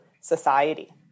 society